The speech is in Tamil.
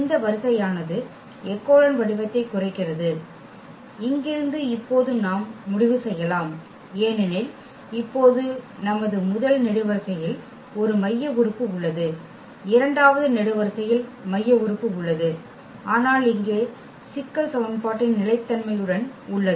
இந்த வரிசையானது எக்கெலோன் வடிவத்தை குறைக்கிறது இங்கிருந்து இப்போது நாம் முடிவு செய்யலாம் ஏனெனில் இப்போது நமது முதல் நெடுவரிசையில் ஒரு மைய உறுப்பு உள்ளது இரண்டாவது நெடுவரிசையில் மைய உறுப்பு உள்ளது ஆனால் இங்கே சிக்கல் சமன்பாட்டின் நிலைத்தன்மையுடன் உள்ளது